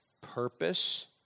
purpose